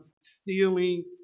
stealing